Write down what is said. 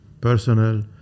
personal